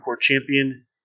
champion